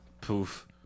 Poof